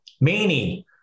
Meaning